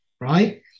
right